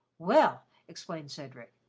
well, explained cedric,